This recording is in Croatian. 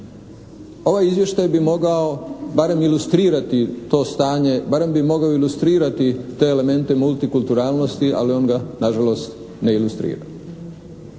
Ovaj izvještaj bi mogao barem ilustrirati to stanje, barem bi mogao ilustrirati te elemente multikulturalnosti ali on ga nažalost ne ilustrira.